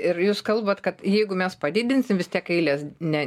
ir jūs kalbat kad jeigu mes padidinsim vis tiek eilės ne